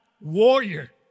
Warrior